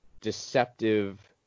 deceptive